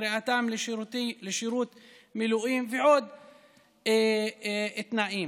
קריאתם לשירות מילואים" ועוד תנאים,